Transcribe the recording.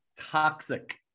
toxic